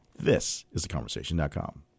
ThisIsTheConversation.com